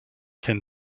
can